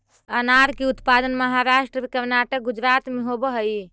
अनार के उत्पादन महाराष्ट्र, कर्नाटक, गुजरात में होवऽ हई